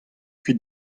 kuit